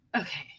okay